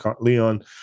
leon